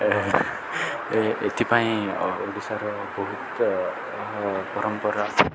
ଏଥିପାଇଁ ଓଡ଼ିଶାର ବହୁତ ପରମ୍ପରା